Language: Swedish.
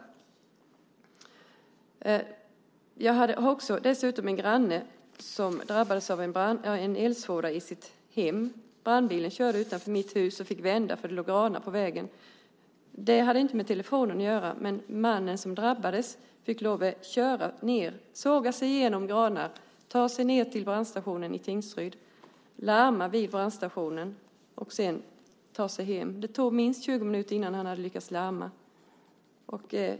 Jag har dessutom en granne som drabbades av en eldsvåda i sitt hem. Brandbilen körde utanför mitt hus och fick vända för det låg granar på vägen. Det hade inte med telefonen att göra, men mannen som drabbades fick lov att köra ned, såga sig igenom granar, ta sig ned till brandstationen i Tingsryd, larma vid brandstationen och sedan ta sig hem. Det tog minst 20 minuter innan han hade lyckats larma.